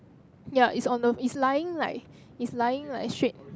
ya it's on the it's lying like it's lying like straight